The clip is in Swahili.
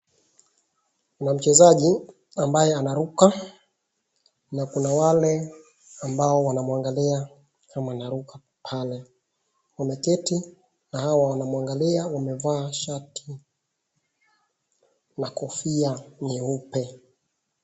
Kuna mchezaji ambaye anaruka na kuna wale ambao wanamwangalia kama anaruka pale. Wameketi na hao wanamwangalia wamevaa shati na kofia nyeupe.